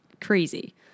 crazy